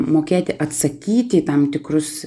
mokėti atsakyti į tam tikrus